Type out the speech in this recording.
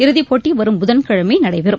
இறுதிப்போட்டி வரும் புதன்கிழமை நடைபெறும்